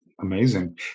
Amazing